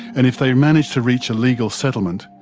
and if they manage to reach a legal settlement,